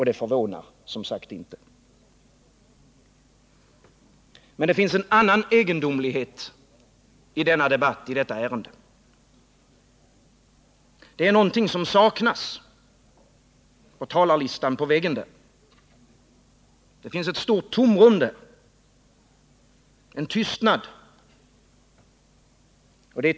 Det förvånar som sagt ingen. Men det finns en annan egendomlighet i denna debatt i detta ärende. Det är någonting som saknas i talarlistan. Det finns ett stort tomrum i den. En tystnad.